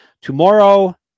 tomorrow